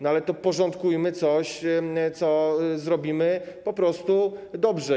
No, ale porządkujmy coś, co zrobimy po prostu dobrze.